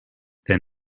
than